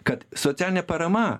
kad socialinė parama